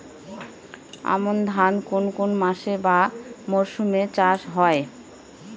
আমন ধান কোন মাসে বা মরশুমে চাষ হয়?